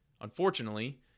Unfortunately